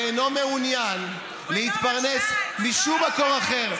ואינו מעוניין להתפרנס משום מקום אחר,